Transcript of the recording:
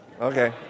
Okay